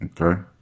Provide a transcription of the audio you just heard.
okay